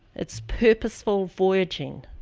it's purposeful voyaging.